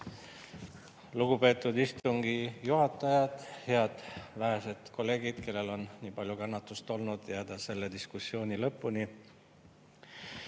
Lugupeetud istungi juhataja! Head vähesed kolleegid, kellel on olnud nii palju kannatust, et jääda siia selle diskussiooni lõpuni!